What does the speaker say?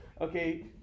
okay